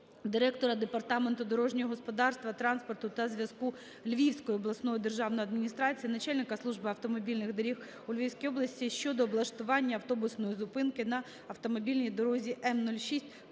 директора Департаменту дорожнього господарства, транспорту та зв'язку Львівської обласної державної адміністрації, начальника Служби автомобільних доріг у Львівській області щодо облаштування автобусної зупинки на автомобільній дорозі М-06